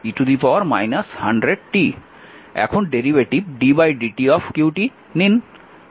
এখন derivative ddt q নিন